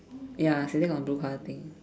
ya sitting on blue colour thing